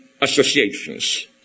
associations